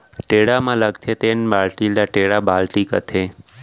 टेड़ा म लगथे तेन बाल्टी ल टेंड़ा बाल्टी कथें